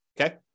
Okay